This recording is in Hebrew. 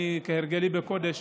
כהרגלי בקודש,